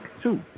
Two